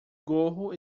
gorro